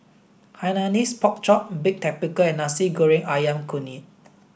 Hainanese pork chop baked tapioca and Nasi Goreng Ayam Kunyit